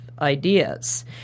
ideas